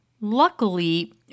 Luckily